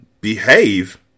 Behave